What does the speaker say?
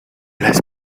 las